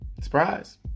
Surprise